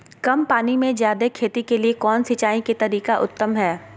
कम पानी में जयादे खेती के लिए कौन सिंचाई के तरीका उत्तम है?